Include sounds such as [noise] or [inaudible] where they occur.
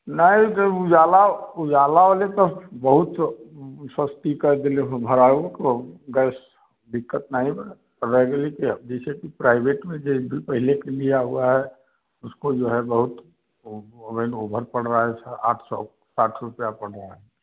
नहीं जो उजाला उजाला वाले तो बहुत सस्ती करके लिये तो भराऊ को गैस दिक्कत नहीं पर रेगुलर [unintelligible] प्राइवेट में जैसे कि पहले भी दिया हुआ है उसको जो है बहुत ओवेर ओवर पड़ रहा है सर आठ सौ सात सौ रुपये पड़ रहा है